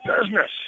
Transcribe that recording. business